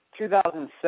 2007